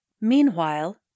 Meanwhile